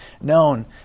known